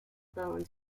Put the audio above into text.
bones